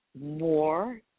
more